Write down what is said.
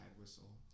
whistle